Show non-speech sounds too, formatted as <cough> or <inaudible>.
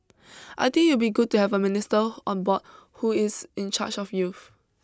<noise> I think it will be good to have a minister on board who is in charge of youth